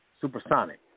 Supersonic